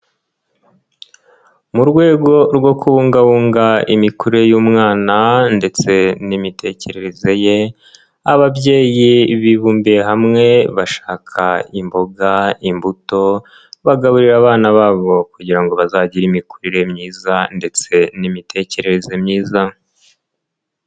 Mu rwego rwo kubungabunga imikurire y'umwana ndetse n'imitekerereze ye, ababyeyi bibumbiye hamwe bashaka imboga, imbuto bagaburira abana babo kugira ngo bazagire imikurire myiza ndetse n'imitekerereze myiza.